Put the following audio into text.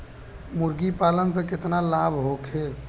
मुर्गीपालन से केतना लाभ होखे?